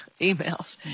emails